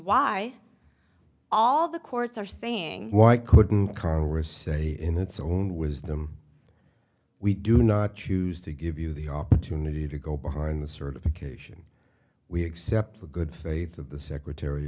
why all the courts are saying why couldn't congress say in its own wisdom we do not choose to give you the opportunity to go behind the certification we accept the good faith of the secretary